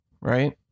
right